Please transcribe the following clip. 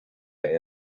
band